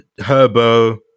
Herbo